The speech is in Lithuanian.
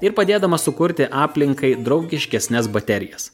ir padėdamas sukurti aplinkai draugiškesnes baterijas